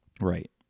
right